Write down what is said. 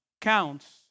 counts